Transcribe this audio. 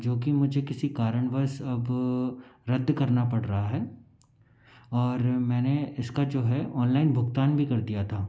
जो कि मुझे किसी कारणवश अब रद्द करना पड़ रहा है और मैंने इसका जो है ऑनलाइन भुगतान भी कर दिया था